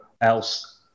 else